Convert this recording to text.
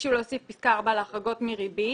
ביקשו להוסיף פסקה (4) להחרגות מריבית,